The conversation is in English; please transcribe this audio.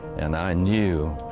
and i knew,